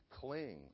cling